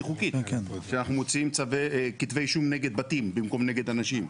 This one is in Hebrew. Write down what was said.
חוקית כשאנחנו מוצאים כתבי אישום נגד בתים במקום נגד אנשים.